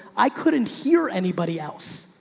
i couldn't hear anybody else.